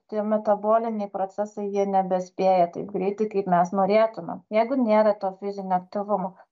tie metaboliniai procesai jie nebespėja taip greitai kaip mes norėtumėm jeigu nėra to fizinio aktyvumo